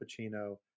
Pacino